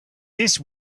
this